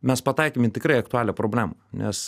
mes pataikėm į tikrai aktualią problemą nes